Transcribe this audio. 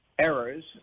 errors